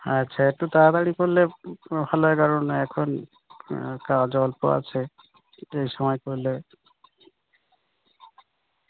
আচ্ছা একটু তাড়াতাড়ি করলে ভালো হয় কারণ এখন কাজ অল্প আছে এই সময় করলে